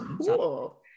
Cool